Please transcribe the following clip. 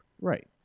Right